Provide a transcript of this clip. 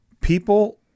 people